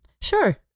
Sure